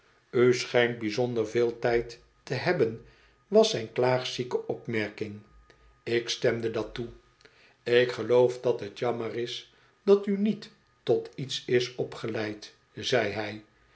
u schijnt bijzonder veel tijd te hebben was zijn klaagzieke opmerking ik stemde dat toe ik geloof dat t jammer is dat u niet tot iets is opgeleid zei hij